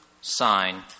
sign